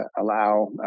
allow